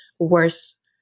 worse